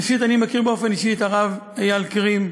ראשית, אני מכיר באופן אישי את הרב אייל קרים.